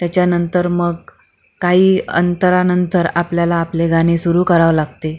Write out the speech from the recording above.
त्याच्यानंतर मग काही अंतरानंतर आपल्याला आपले गाणे सुरू करावं लागते